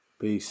Peace